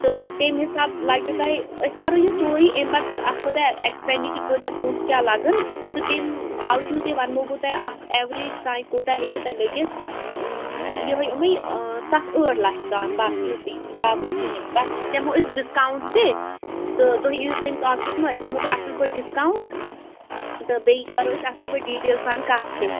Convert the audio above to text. تہٕ تَمہِ حِساب لَگو تۄہہِ أسۍ کَرو یہِ سورُے اَمہِ پَتہٕ اَتھ کوٗتاہ ایٚکٕسپیٚنٛڈِچَر کوٗتاہ پونٛسہٕ کیٛاہ لَگَان تہٕ تَمہِ باوجوٗدٕے وَنہو بہٕ تۄہہِ اَکھ ایٚوریج تانۍ کوٗتاہ ہیٚکِو تۅہہِ لٔگِتھ یِہےَ یِمے سَتھ ٲٹھ لَچھ تانۍ بَس یوٗتُے زیادٕ نہٕ کِہیٖنۍ تۄہہِ دِمہو أسۍ ڈِسکاوُنٛٹ تہِ تہٕ تُہۍ یِیِو سٲنِس آفِسَس منٛز أسۍ دِمہو تۄہہِ اَصٕل پٲٹھۍ ڈِسکاوُنٛٹ تہٕ بیٚیہِ کَرو أسۍ اَصٕل پٲٹھۍ ڈِٹیل سان کَتھ تہِ